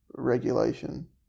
Regulation